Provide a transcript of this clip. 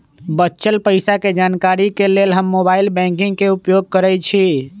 बच्चल पइसा के जानकारी के लेल हम मोबाइल बैंकिंग के उपयोग करइछि